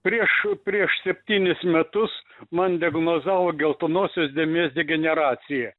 prieš prieš septynis metus man diagnozavo geltonosios dėmės degeneraciją